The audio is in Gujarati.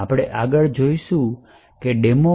આપણે આગળ જોઈશું કે ડેમો માં